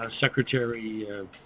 Secretary